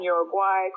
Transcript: Uruguay